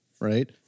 right